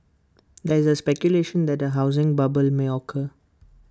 there is speculation that A housing bubble may occur